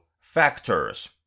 factors